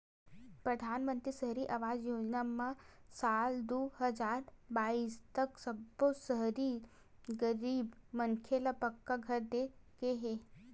परधानमंतरी सहरी आवास योजना म साल दू हजार बाइस तक सब्बो सहरी गरीब मनखे ल पक्का घर दे के हे